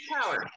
power